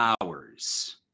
hours